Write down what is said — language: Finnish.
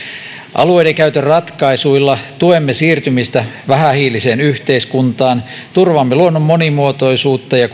alueidenkäytön ratkaisuilla tuemme siirtymistä vähähiiliseen yhteiskuntaan turvaamme luonnon monimuotoisuutta ja